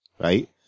Right